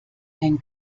denn